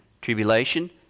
Tribulation